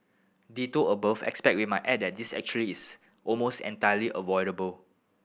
ditto above except we might add that this actually is almost entirely avoidable